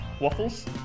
waffles